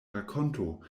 rakonto